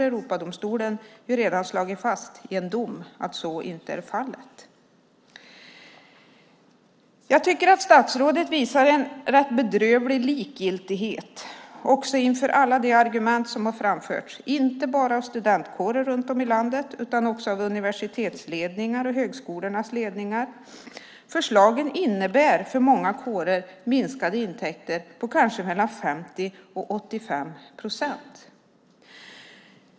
Europadomstolen har redan slagit fast i en dom att så inte är fallet. Jag tycker att statsrådet visar en rätt bedrövlig likgiltighet inför alla de argument som har framförts, inte bara av studentkårer runt om i landet utan också av universitetsledningar och högskolornas ledningar. Förslagen innebär för många kårer minskade intäkter på kanske mellan 50 och 85 procent.